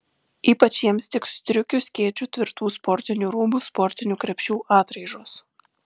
ypač jiems tiks striukių skėčių tvirtų sportinių rūbų sportinių krepšių atraižos